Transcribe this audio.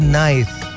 nice